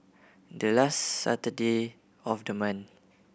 the last Saturday of the month